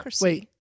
wait